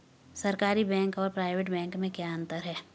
सरकारी बैंक और private bank में क्या क्या अंतर हैं?